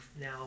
now